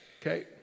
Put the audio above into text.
okay